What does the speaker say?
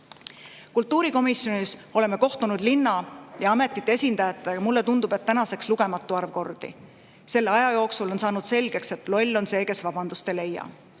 Kultuurikomisjonis oleme kohtunud linna ja ametite esindajatega – mulle tundub, et tänaseks lugematu arv kordi. Selle aja jooksul on saanud selgeks, et loll on see, kes vabandust ei leia.